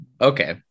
okay